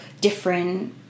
different